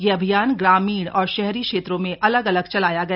ये अभियान ग्रामीण और शहरी क्षेत्रों में अलग अलग चलाया गया